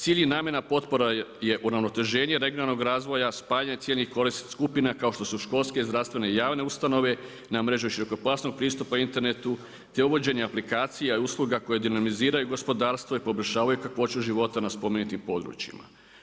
Cilj i namjena, potpora je uravnoteženje regionalnog razvoja, spajanje ciljanih skupina kao što su školske, zdravstvene i javne ustanove na mrežu širokopojasnog pristupa internetu te uvođenje aplikacija i usluga koje dinaminiziraju gospodarstvo i poboljšavaju kakvoću života na spomenutim područjima.